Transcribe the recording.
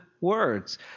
words